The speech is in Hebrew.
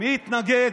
מי התנגד?